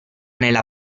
nella